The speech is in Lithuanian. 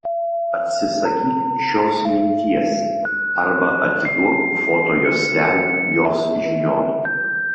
atsisakyk šios minties arba atiduok foto juostelę jos žinion